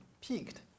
peaked